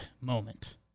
moment